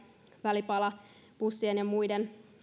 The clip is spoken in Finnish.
välipalapussien ja muiden